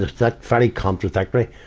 if that's very contradictory.